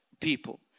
people